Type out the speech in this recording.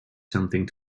something